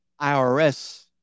IRS